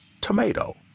tomato